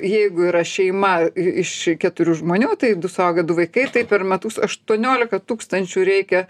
jeigu yra šeima a iš keturių žmonių tai du suaugę du vaikai tai per metus aštuoniolika tūkstančių reikia